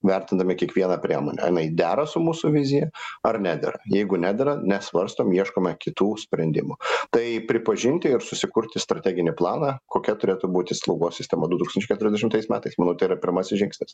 vertindami kiekvieną priemonę dera su mūsų vizija ar nedera jeigu nedera nesvarstom ieškome kitų sprendimų tai pripažinti ir susikurti strateginį planą kokia turėtų būti slaugos sistema du tūkstančiai keturiasdešimtais metais manau tai yra pirmasis žingsnis